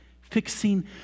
fixing